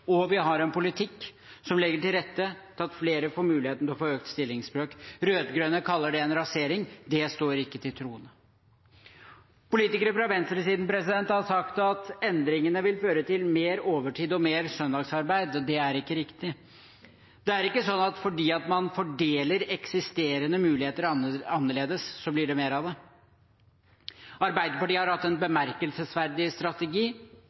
og vi har en politikk som legger til rette for at flere får muligheten til å få økt stillingsbrøk. Rød-grønne kaller det en rasering – det står ikke til troende. Politikere fra venstresiden har sagt at endringene vil føre til mer overtid og mer søndagsarbeid. Det er ikke riktig. Det er ikke sånn at fordi man fordeler eksisterende muligheter annerledes, så blir det mer av det. Arbeiderpartiet har hatt en bemerkelsesverdig strategi